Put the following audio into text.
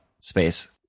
space